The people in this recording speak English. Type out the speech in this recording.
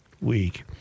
week